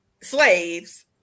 slaves